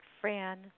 Fran